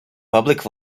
public